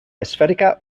esfèrica